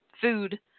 food